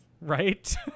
Right